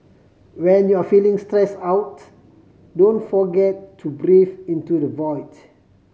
when you are feeling stress out don't forget to breathe into the void